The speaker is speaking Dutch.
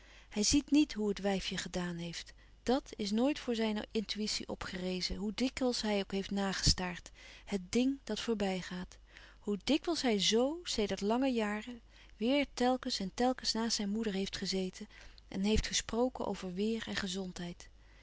hij ziet niet hoe het wijfje gedaan heeft dàt is nooit voor zijne intuïtie opgerezen hoe dikwijls hij ook heeft nagestaard het ding dat voorbij gaat hoe dikwijls hij zo sedert lange jaren weêr telkens en telkens naast zijn moeder heeft gezeten en heeft gesproken over weêr en gezondheid